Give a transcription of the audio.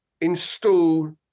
install